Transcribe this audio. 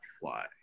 fly